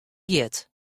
giet